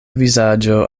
vizaĝo